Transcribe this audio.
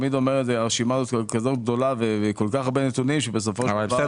הרשימה הזאת כזאת גדולה ועם כל כך הרבה נתונים --- בסדר,